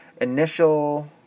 Initial